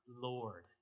Lord